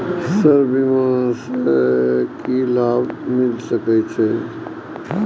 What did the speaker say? Sir बीमा से की लाभ मिल सके छी?